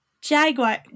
Jaguar